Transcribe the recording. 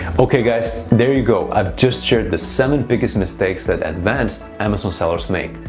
okay, guys, there you go. i've just shared the seven biggest mistakes that advanced amazon sellers make.